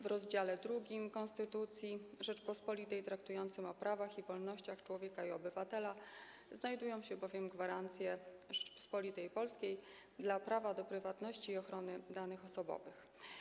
W rozdziale II Konstytucji Rzeczypospolitej traktującym o prawach i wolnościach człowieka i obywatela znajdują się bowiem gwarancje Rzeczypospolitej Polskiej dla prawa do prywatności i ochrony danych osobowych.